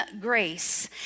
grace